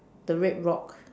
the red rock